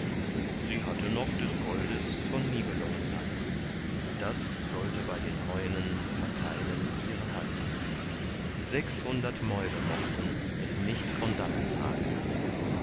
sie hatte noch des goldes von nibelungenland das sollte bei den heunen verteilen ihre hand sechshundert mäule mochten es nicht von dannen tragen